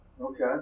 Okay